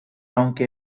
aunque